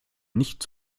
nicht